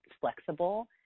flexible